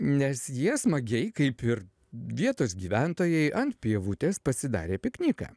nes jie smagiai kaip ir vietos gyventojai ant pievutės pasidarė pikniką